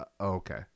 okay